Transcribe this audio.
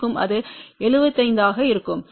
அது 75 ஆக இருக்கும் செ